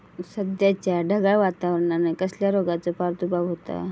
सध्याच्या ढगाळ वातावरणान कसल्या रोगाचो प्रादुर्भाव होता?